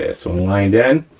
ah so lined in.